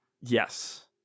Yes